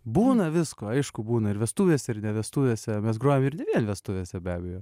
būna visko aišku būna ir vestuvėse ir ne vestuvėse mes grojam ir ne vien vestuvėse be abejo